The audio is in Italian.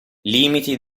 limiti